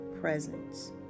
presence